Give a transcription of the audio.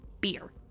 beer